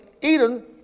Eden